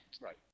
Right